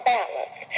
balance